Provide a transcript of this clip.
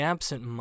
Absent